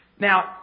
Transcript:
Now